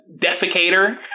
defecator